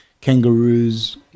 kangaroos